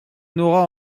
n’aura